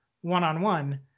one-on-one